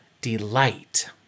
delight